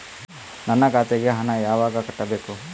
ನನ್ನ ಖಾತೆಗೆ ಹಣ ಯಾವಾಗ ಕಟ್ಟಬೇಕು?